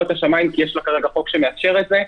את השמים כי יש לה כרגע חוק שמאפשר את זה.